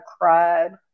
cried